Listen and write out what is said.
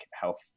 health